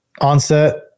onset